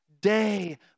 day